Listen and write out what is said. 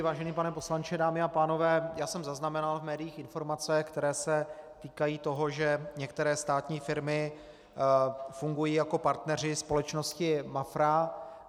Vážený pane poslanče, dámy a pánové, já jsem zaznamenal v médiích informace, které se týkají toho, že některé státní firmy fungují jako partneři společnosti Mafra.